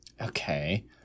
Okay